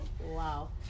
Wow